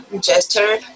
gesture